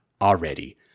already